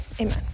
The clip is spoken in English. Amen